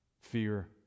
fear